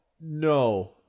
no